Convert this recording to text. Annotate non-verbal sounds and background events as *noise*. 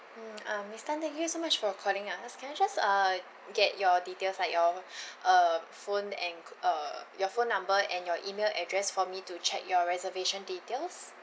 mm ah miss tan thank you so much for calling us can I just uh get your details like your *breath* uh phone and uh your phone number and your email address for me to check your reservation details